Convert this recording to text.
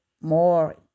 more